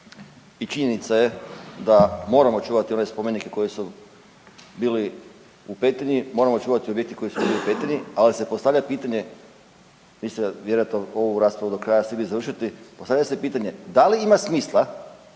I činjenica je da moramo čuvati one spomenike koji su bili u Petrinji, moramo čuvati koji su bili u Petrinji. Ali se postavlja pitanje, niste ovu raspravu vjerojatno stigli završiti, postavlja se pitanje da li ima smisla